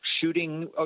shooting